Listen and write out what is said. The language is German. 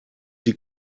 sie